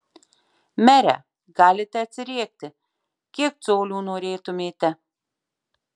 mere galite atsiriekti kiek colių norėtumėte